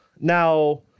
Now